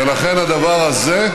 ולכן, הדבר הזה,